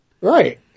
Right